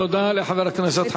תודה לחבר הכנסת,